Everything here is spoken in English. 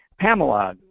Pamela